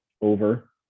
over